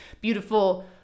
beautiful